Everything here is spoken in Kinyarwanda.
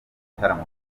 ibitaramo